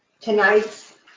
Tonight's